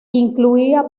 incluía